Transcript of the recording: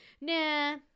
nah